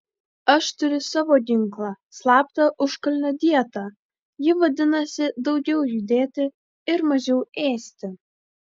aš turiu savo ginklą slaptą užkalnio dietą ji vadinasi daugiau judėti ir mažiau ėsti